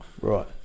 right